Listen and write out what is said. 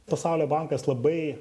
pasaulio bankas labai